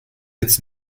jetzt